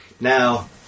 Now